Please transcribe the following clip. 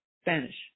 Spanish